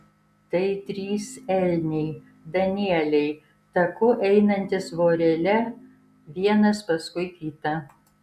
tai trys elniai danieliai taku einantys vorele vienas paskui kitą